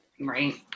Right